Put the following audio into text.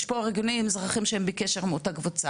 יש פה ארגונים אזרחיים שהם בקשר עם אותה קבוצה,